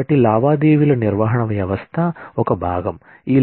కాబట్టి లావాదేవీల నిర్వహణ వ్యవస్థ ఒక భాగం ఈ